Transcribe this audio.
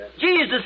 Jesus